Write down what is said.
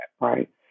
right